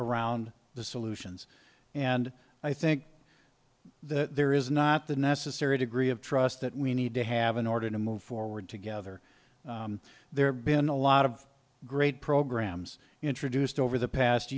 around the solutions and i think there is not the necessary degree of trust that we need to have in order to move forward together there been a lot of great programmes introduced over the past